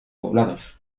poblados